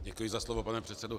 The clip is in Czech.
Děkuji za slovo, pane předsedo.